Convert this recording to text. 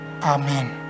Amen